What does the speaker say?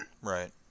Right